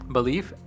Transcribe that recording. Believe